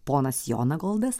ponas jonagoldas